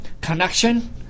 connection